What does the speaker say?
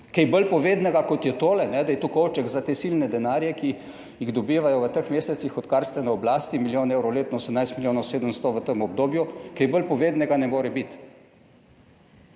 Kaj bolj povednega, kot je tole, da je to kovček za te silne denarje, ki jih dobivajo v teh mesecih, odkar ste na oblasti, milijon evrov letno, 18 milijonov 700 v tem obdobju, kaj bolj povednega ne more biti.